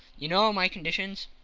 you know my conditions?